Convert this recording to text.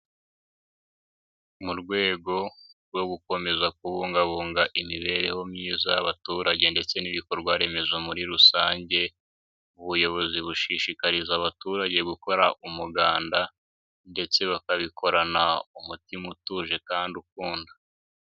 Mu rwego rwo gukomeza kubungabunga imibereho myiza y'abaturage ndetse n'ibikorwaremezo muri rusange, ubuyobozi bushishikariza abaturage gukora umuganda ndetse bakabikorana umutima utuje kandi ukunda.